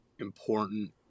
important